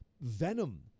venom